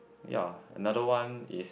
ya another one is